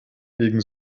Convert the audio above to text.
gegen